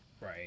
Right